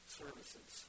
services